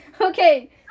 Okay